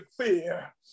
fear